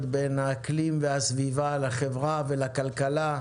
בין האקלים והסביבה לחברה ולכלכלה.